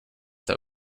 that